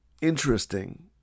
interesting